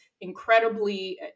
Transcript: incredibly